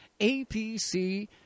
APC